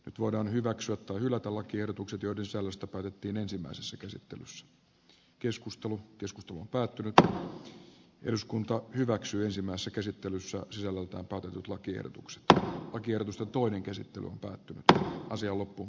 nyt voidaan hyväksyä tai hylätä lakiehdotukset joiden sisällöstä päätettiin ensimmäisessä käsittelyssä asia vapautetut lakiehdotuksesta on kiedotussa toinen käsittely on päättynyt ja asia loppuun